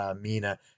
Mina